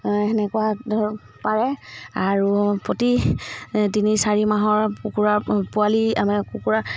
সেনেকুৱা ধৰক পাৰে আৰু প্ৰতি তিনি চাৰি মাহৰ কুকুৰা পোৱালি আমাৰ কুকুৰা